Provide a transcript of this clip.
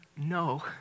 no